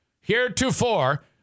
Heretofore